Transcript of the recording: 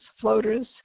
floaters